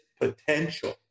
potential